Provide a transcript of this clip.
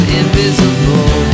invisible